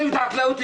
שנציגי הממשלה,